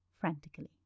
frantically